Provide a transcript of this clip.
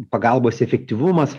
pagalbos efektyvumas